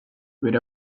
with